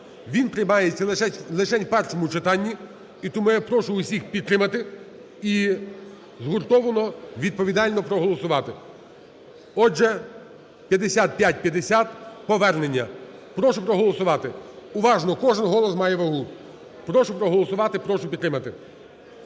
Він приймається лишень в першому читанні і тому я прошу всіх підтримати і згуртовано відповідально проголосувати. Отже, 5550 – повернення. Прошу проголосувати. Уважно, кожен голос має вагу. Прошу проголосувати, прошу підтримати.